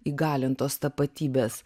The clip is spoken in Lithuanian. įgalintos tapatybės